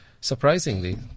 surprisingly